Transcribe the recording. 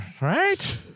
right